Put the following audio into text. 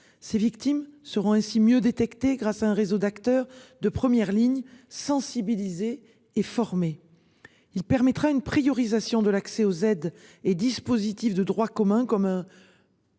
Ces victimes seront ainsi mieux détecter grâce à un réseau d'acteurs de première ligne sensibilisés et formés. Il permettra une priorisation de l'accès aux aides et dispositifs de droit commun comme un.